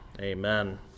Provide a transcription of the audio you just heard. Amen